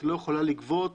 את לא יכולה לגבות